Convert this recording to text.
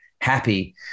happy